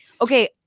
Okay